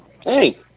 Hey